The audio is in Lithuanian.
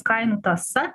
kainų tąsa